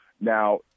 Now